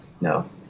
No